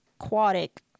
aquatic